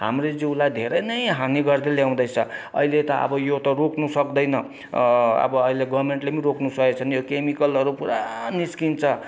हाम्रो जिउलाई धेरै नै हानी गर्दै ल्याउँदैछ अहिले त अब यो त रोक्न सक्दैन अब अहिले गभर्मेन्टले पनि रोक्न सकेको छैन यो केमिकलहरू पूरा निस्कन्छ